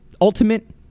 ultimate